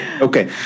Okay